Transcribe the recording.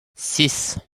six